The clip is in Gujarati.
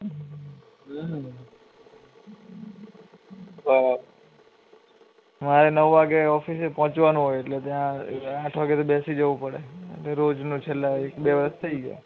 હં હ બરાબર મારે નવ વાગે ઓફિસે પહોંચવાનું હોય એટલે ત્યાં આઠ વાગ્યે તો બેસી જવું પડે એટલે રોજનું છેલ્લા એક બે વરસ થઈ ગયા